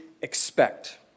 expect